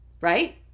right